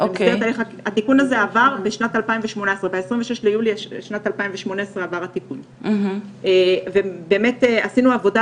התיקון הזה עבר ב-28 ליולי 2018. עשינו שם באמת עבודה,